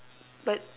but